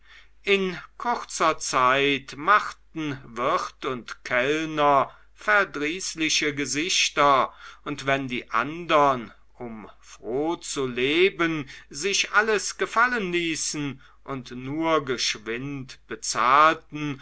in kurzer zeit machten wirt und kellner verdrießliche gesichter und wenn die andern um froh zu leben sich alles gefallen ließen und nur geschwind bezahlten